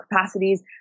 capacities